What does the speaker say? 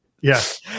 Yes